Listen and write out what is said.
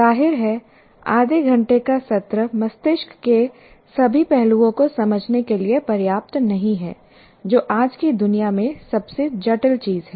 जाहिर है आधे घंटे का सत्र मस्तिष्क के सभी पहलुओं को समझने के लिए पर्याप्त नहीं है जो आज की दुनिया में सबसे जटिल चीज है